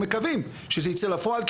ואנחנו מקווים שזה ייצא לפועל.